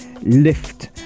lift